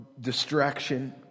distraction